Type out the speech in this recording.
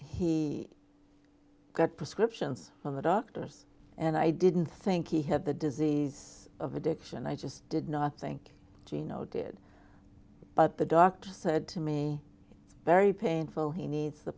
he got prescriptions from the doctors and i didn't think he had the disease of addiction i just did not think geno did but the doctor said to me very painful he needs the